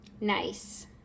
nice